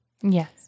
Yes